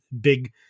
big